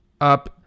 up